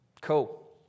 Cool